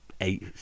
eight